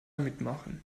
mitmachen